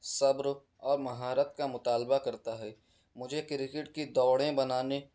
صبر اور مہارت کا مطالبہ کرتا ہے مجھے کرکٹ کی دوڑیں بنانے